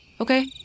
Okay